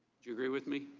do you agree with me?